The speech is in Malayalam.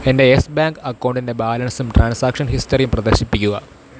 എന്റെ എസ് ബാങ്ക് അക്കൗണ്ടിന്റെ ബാലൻസും ട്രാൻസാക്ഷൻ ഹിസ്റ്ററിയും പ്രദർശിപ്പിക്കുക